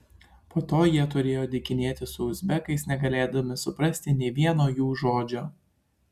po to jie turėjo dykinėti su uzbekais negalėdami suprasti nė vieno jų žodžio